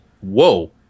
Whoa